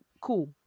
cool